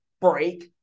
break